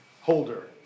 holder